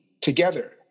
together